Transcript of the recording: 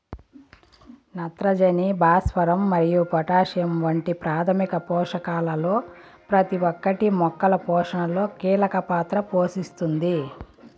నత్రజని, భాస్వరం మరియు పొటాషియం వంటి ప్రాథమిక పోషకాలలో ప్రతి ఒక్కటి మొక్కల పోషణలో కీలక పాత్ర పోషిస్తుంది